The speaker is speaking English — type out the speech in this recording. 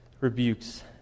rebukes